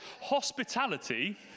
hospitality